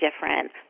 different